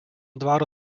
dvaro